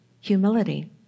humility